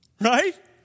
right